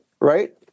Right